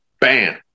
bam